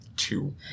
two